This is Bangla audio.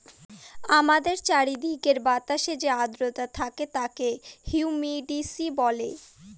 আমাদের চারিদিকের বাতাসে যে আদ্রতা থাকে তাকে হিউমিডিটি বলে